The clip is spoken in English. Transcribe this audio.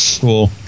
Cool